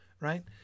Right